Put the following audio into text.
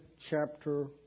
chapter